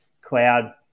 cloud